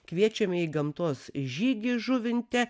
kviečiame į gamtos žygį žuvinte